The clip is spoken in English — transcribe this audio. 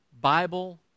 Bible